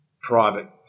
private